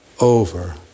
over